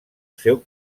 seu